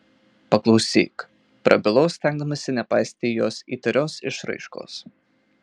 paklausyk prabilau stengdamasi nepaisyti jos įtarios išraiškos